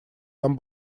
там